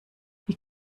wie